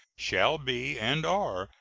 shall be, and are,